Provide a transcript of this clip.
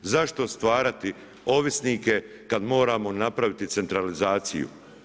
Zašto stvarati ovisnike kad moramo napraviti centralizaciju?